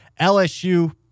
LSU